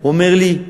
הוא אומר לי: